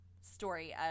story